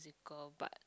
musical but